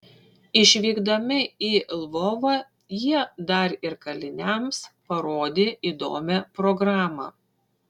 išvykdami į lvovą jie dar ir kaliniams parodė įdomią programą